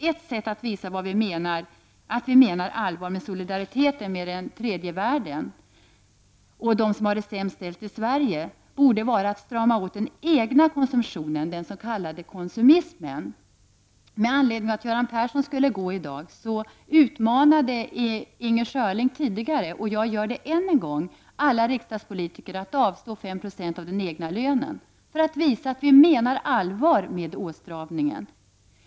Ett sätt att visa att vi menar allvar med solidariteten med den tredje världen och dem som har det sämst ställt i Sverige borde vara att strama åt den egna konsumtionen, den s.k. ”konsumismen”. I riksdagen utmanade i dag Inger Schörling — och jag gör det än en gång — alla riksdagspolitiker att avstå 5 20 av den egna lönen för att visa att vi menar allvar med åtstramningen.